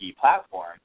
platform